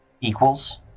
equals